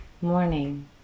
morning